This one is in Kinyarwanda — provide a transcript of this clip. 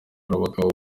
abagabo